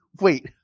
Wait